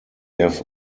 have